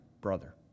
brother